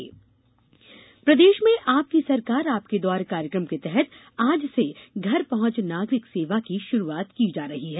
नागरिक सेवा प्रदेष में आपकी सरकार आपके द्वार कार्यक्रम के तहत आज से घर पहुंच नागरिक सेवा की षुरुआत की जा रही है